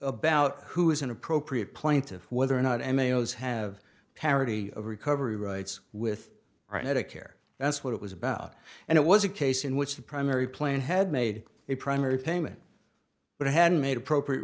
about who is an appropriate plaintiff whether or not and males have parity of recovery rights with right medicare that's what it was about and it was a case in which the primary plane had made a primary payment but it hadn't made appropriate